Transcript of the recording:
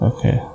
Okay